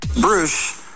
Bruce